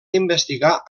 investigar